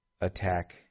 attack